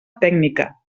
tècnica